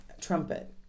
trumpet